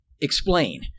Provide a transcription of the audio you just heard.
explain